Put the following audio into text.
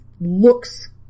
looks